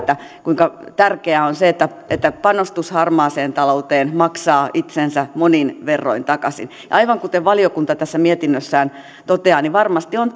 kuinka tärkeää on se että että panostus harmaaseen talouteen maksaa itsensä monin verroin takaisin aivan kuten valiokunta tässä mietinnössään toteaa varmasti on